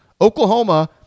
Oklahoma